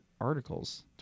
articles